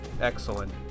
Excellent